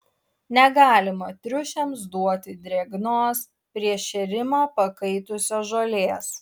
negalima triušiams duoti drėgnos prieš šėrimą pakaitusios žolės